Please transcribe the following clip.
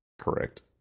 Correct